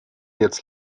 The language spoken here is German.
jetzt